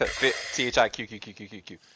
T-H-I-Q-Q-Q-Q-Q